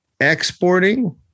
exporting